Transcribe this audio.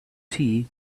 tea